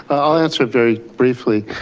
i'll answer very briefly.